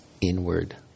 inward